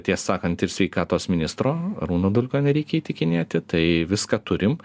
tiesą sakant ir sveikatos ministro arūno dulkio nereikia įtikinėti tai viską turim